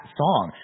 song